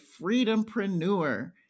freedompreneur